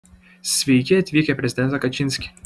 sveiki atvykę prezidente kačinski